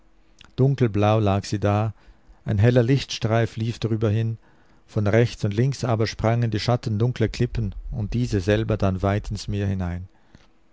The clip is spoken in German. dunkelblau lag sie da ein heller lichtstreif lief drüber hin von rechts und links aber sprangen die schatten dunkler klippen und diese selber dann weit ins meer hinein